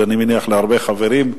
ואני מניח להרבה חברים,